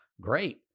Great